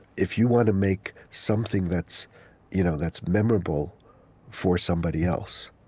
if you want to make something that's you know that's memorable for somebody else,